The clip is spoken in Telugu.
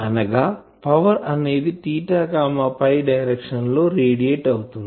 అనగా పవర్ అనేది డైరెక్షన్ లో రేడియేట్ అవుతుంది